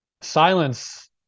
Silence